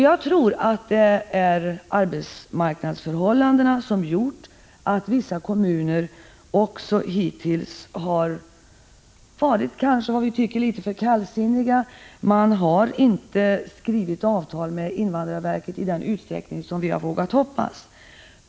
Jag tror att det är arbetsmarknadsförhållandena som gjort att vissa kommuner hittills har varit, som vi kanske tycker, litet för kallsinniga. De har inte skrivit avtal med invandrarverket i den utsträckning som vi hade velat hoppas.